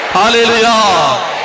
Hallelujah